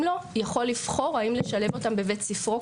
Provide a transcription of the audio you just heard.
לו יכול לבחור האם לשלב אותם בבית ספרו,